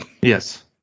Yes